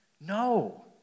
no